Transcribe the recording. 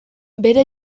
bere